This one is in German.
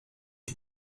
die